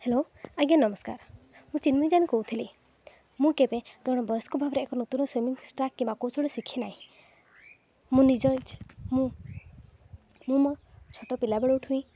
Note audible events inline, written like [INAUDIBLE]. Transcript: hello ଆଜ୍ଞା ନମସ୍କାର ମୁଁ ଚିନ୍ମୟୀ ଜାନ୍ କହୁଥିଲି ମୁଁ କେବେ [UNINTELLIGIBLE] ବୟସ୍କ ଭାବରେ ଏକ ନୂତନ [UNINTELLIGIBLE] କିମ୍ବା କୌଶଳ ଶିଖିନାହିଁ ମୁଁ ନିଜଜ ମୁଁ ମୁଁ ମୋ ଛୋଟ ପିଲାବେଳଠୁ ହିଁ